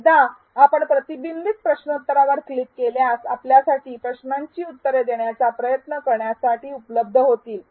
एकदा आपण प्रतिबिंब प्रश्नोत्तरांवर क्लिक केल्यास आपल्यासाठी प्रश्नांची उत्तरे देण्याचा प्रयत्न करण्यासाठी उपलब्ध होतील